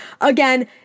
again